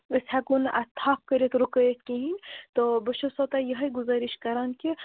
أسۍ ہٮ۪کو نہٕ اَتھ تھَپھ کٔرٕتھ رُکٲیِتھ کِہیٖنۍ تو بہٕ چھَسو تۄہہِ یِہوٚے گُزٲرِش کران کہِ